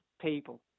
people